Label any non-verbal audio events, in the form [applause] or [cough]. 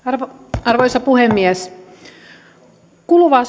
arvoisa puhemies kuluvaa [unintelligible]